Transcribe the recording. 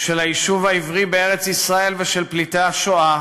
של היישוב העברי בארץ-ישראל ושל פליטי השואה